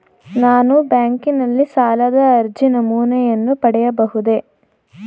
ನಾನು ಬ್ಯಾಂಕಿನಲ್ಲಿ ಸಾಲದ ಅರ್ಜಿ ನಮೂನೆಯನ್ನು ಪಡೆಯಬಹುದೇ?